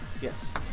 Yes